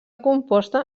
composta